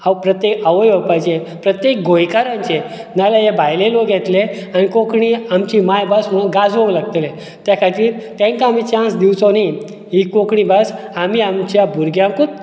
हांव प्रत्येक आवय बापायचे प्रत्येक गोंयकारांचे नाल्यार हे भायले लोक येतले आनी कोेंकणी आमची माय भास म्हणून गाजोवंक लागतले त्या खातीर तांकां आमी चान्स दिवचो न्ही ही कोंकणी भास आमी आमच्या भुरग्यांकूच